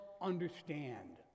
understand